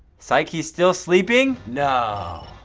sike he's still sleeping? no,